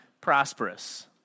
prosperous